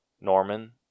Norman